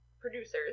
producers